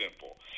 simple